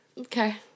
Okay